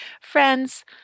Friends